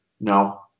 no